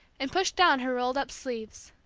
and pushed down her rolled-up sleeves.